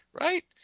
right